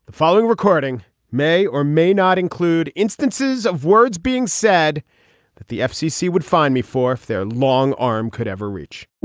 following recording may or may not include instances of words being said that the fcc would find me for if their long arm could ever reach